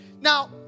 Now